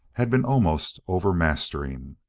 had been almost overmastering.